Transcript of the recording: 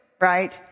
right